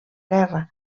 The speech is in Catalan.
guerra